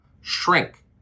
shrink